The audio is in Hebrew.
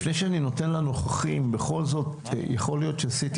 לפני שאני נותן לנוכחים, יכול להיות שעשיתי